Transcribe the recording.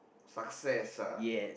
success ah